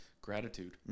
gratitude